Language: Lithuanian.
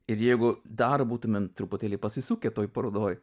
ir jeigu dar būtumėm truputėlį pasisukę toj parodoj